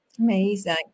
Amazing